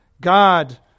God